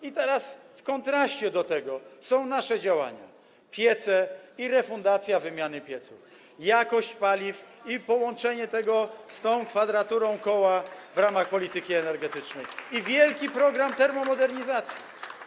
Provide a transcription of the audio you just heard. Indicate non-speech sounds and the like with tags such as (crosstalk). I teraz w kontraście do tego są nasze działania: piece, refundacja wymiany pieców, (applause) jakość paliw i połączenie tego z tą kwadraturą koła w ramach polityki energetycznej, wielki program termomodernizacji.